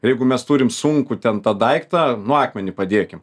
jeigu mes turim sunku ten tą daiktą nu akmenį padėkim